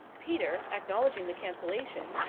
peter, acknowledging the cancellation,